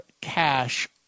cash